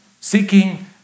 Seeking